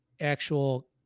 actual